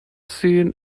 scene